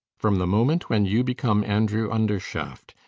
from the moment when you become andrew undershaft,